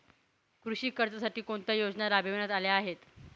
कृषी कर्जासाठी कोणत्या योजना राबविण्यात आल्या आहेत?